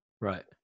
Right